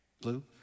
Blue